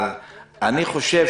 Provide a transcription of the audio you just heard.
אבל אני חושב